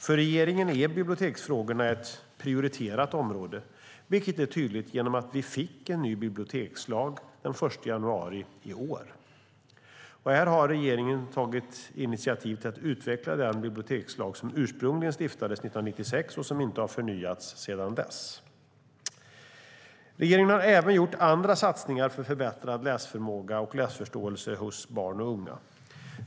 För regeringen är biblioteksfrågorna ett prioriterat område, vilket är tydligt genom att vi fick en ny bibliotekslag den 1 januari i år. I den nya lagen har regeringen tagit initiativ till att utveckla den bibliotekslag som ursprungligen stiftades 1996 och som inte har förnyats sedan dess. Regeringen har även gjort andra satsningar för förbättrad läsförmåga och läsförståelse hos barn och unga.